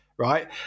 Right